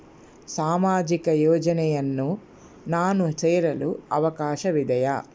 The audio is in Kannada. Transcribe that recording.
ಸಾಮಾಜಿಕ ಯೋಜನೆಯನ್ನು ನಾನು ಸೇರಲು ಅವಕಾಶವಿದೆಯಾ?